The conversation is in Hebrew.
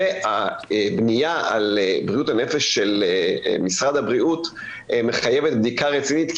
והבניה על בריאות הנפש של משרד הבריאות מחייבת בדיקה רצינית,